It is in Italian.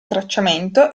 tracciamento